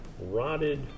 rotted